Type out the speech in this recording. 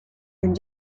den